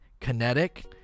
kinetic